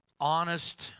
honest